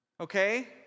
Okay